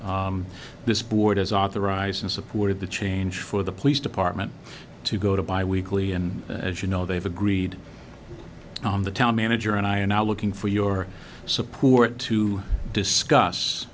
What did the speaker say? this board has authorized and supported the change for the police department to go to by weekly and as you know they've agreed on the town manager and i are now looking for your support to discuss